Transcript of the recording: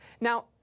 Now